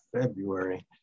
February